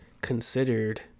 considered